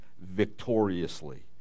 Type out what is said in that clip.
victoriously